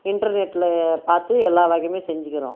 இண்டர்நெட்டில் பார்த்து எல்லா வகையுமே செஞ்சுக்கிறோம்